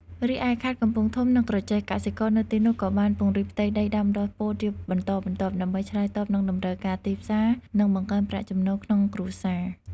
រីឯខេត្តកំពង់ធំ និងក្រចេះ កសិករនៅទីនោះក៏បានពង្រីកផ្ទៃដីដាំដុះពោតជាបន្តបន្ទាប់ ដើម្បីឆ្លើយតបនឹងតម្រូវការទីផ្សារ និងបង្កើនប្រាក់ចំណូលក្នុងគ្រួសារ។